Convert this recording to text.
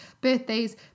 birthdays